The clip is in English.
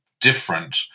different